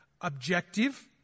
objective